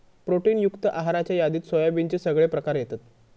protein युक्त आहाराच्या यादीत सोयाबीनचे सगळे प्रकार येतत